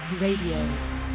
Radio